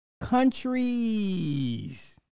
Countries